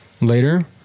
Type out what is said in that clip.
later